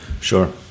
sure